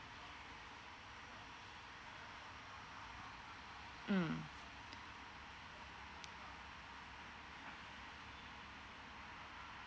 mm